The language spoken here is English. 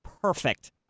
perfect